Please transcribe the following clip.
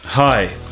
Hi